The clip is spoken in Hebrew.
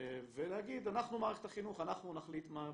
ולהגיד: אנחנו מערכת החינוך, אנחנו נחליט מה קורה,